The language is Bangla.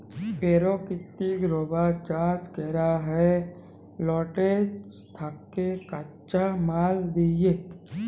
পেরাকিতিক রাবার চাষ ক্যরা হ্যয় ল্যাটেক্স থ্যাকে কাঁচা মাল লিয়ে